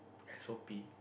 S o_p